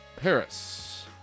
Paris